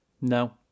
No